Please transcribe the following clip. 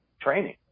training